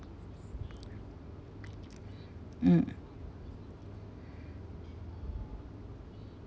mm